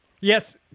Yes